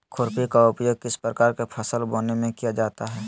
खुरपी का उपयोग किस प्रकार के फसल बोने में किया जाता है?